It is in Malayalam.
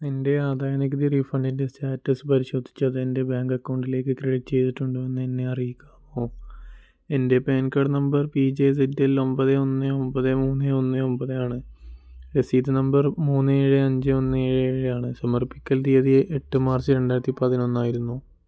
എൻ്റെ ആദായനികുതി റീഫണ്ടിൻ്റെ സ്റ്റാറ്റസ് പരിശോധിച്ച് അത് എൻ്റെ ബാങ്ക് അക്കൗണ്ടിലേക്ക് ക്രെഡിറ്റ് ചെയ്തിട്ടുണ്ടോ എന്ന് എന്നെ അറിയിക്കാമോ എൻ്റെ PAN card number P J Z L ഒമ്പത് ഒന്ന് ഒമ്പത് മൂന്ന് ഒന്ന് ഒമ്പതാണ് രസീത് നമ്പർ മൂന്ന് ഏഴ് അഞ്ച് ഒന്ന് ഏഴ് ഏഴാണ് സമർപ്പിക്കൽ തീയതി എട്ട് മാർച്ച് രണ്ടായിരത്തി പതിനൊന്നായിരുന്നു